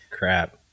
crap